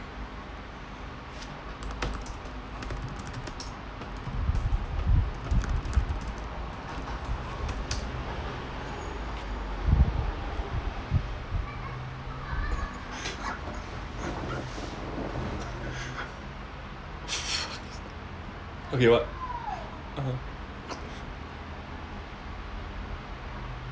okay what